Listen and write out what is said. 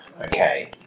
Okay